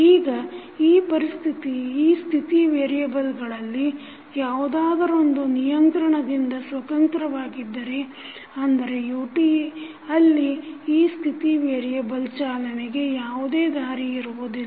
ಈಗ ಈ ಸ್ಥಿತಿ ವೇರಿಯೆಬಲ್ಗಳಲ್ಲಿ ಯಾವುದಾದರೊಂದು ನಿಯಂತ್ರಣದಿಂದ ಸ್ವತಂತ್ರವಾಗಿದ್ದರೆ ಅಂದರೆ ut ಅಲ್ಲಿ ಈ ಸ್ಥಿತಿ ವೇರಿಯೆಬಲ್ ಚಾಲನೆಗೆ ಯಾವುದೇ ದಾರಿ ಇರುವುದಿಲ್ಲ